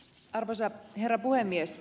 arvoisa herra puhemies